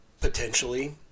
potentially